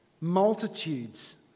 Multitudes